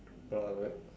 alright